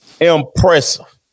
Impressive